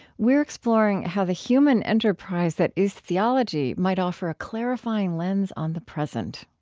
we're exploring how the human enterprise that is theology might offer a clarifying lens on the present